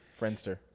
friendster